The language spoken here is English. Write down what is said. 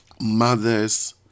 mothers